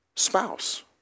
spouse